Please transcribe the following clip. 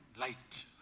light